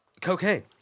Cocaine